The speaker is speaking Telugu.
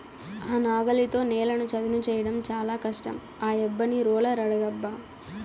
ఆ నాగలితో నేలను చదును చేయడం చాలా కష్టం ఆ యబ్బని రోలర్ అడుగబ్బా